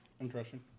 Interesting